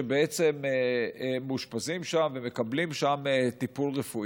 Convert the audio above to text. שבעצם מאושפזים שם ומקבלים שם טיפול רפואי.